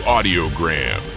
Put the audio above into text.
Audiogram